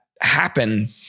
happen